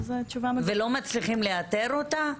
ולא מצליחים לאתר אותה?